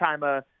time